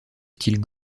style